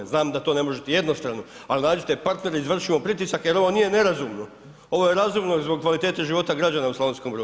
Znam da to ne možete jednostavno, al nađite partnere, izvršit ćemo pritisak jer ovo nije nerazumno, ovo je razumno i zbog kvalitete života građana u Slavonskom Brodu.